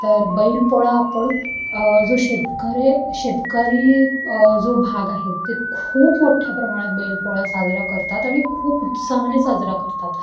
तर बैलपोळा आपण जो शेतकऱ्या शेतकरी जो भाग आहे ते खूप मोठ्ठ्या प्रमाणात बैलपोळा साजरा करतात आणि खूप उत्साहाने साजरा करतात